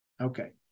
Okay